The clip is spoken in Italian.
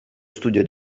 studio